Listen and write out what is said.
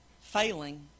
failing